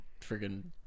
friggin